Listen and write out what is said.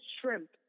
shrimp